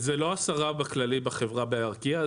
זה לא עשרה בכללי בחברה בארקיע,